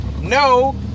no